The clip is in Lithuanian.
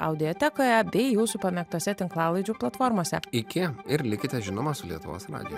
audiotekoje bei jūsų pamėgtose tinklalaidžių platformose iki ir likite žinoma su lietuvos radiju